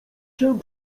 się